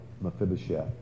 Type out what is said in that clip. Mephibosheth